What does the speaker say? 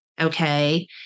okay